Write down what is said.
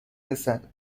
رسد